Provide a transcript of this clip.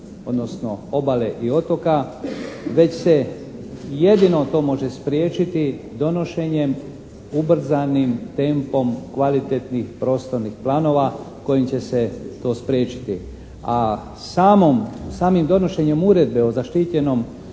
odnosno obale i otoka već se jedino to može spriječiti donošenjem ubrzanim tempom kvalitetnih prostornih planova kojim će se to spriječiti. A samim donošenjem uredbe o zaštićenom